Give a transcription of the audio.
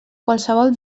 qualsevol